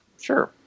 sure